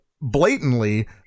blatantly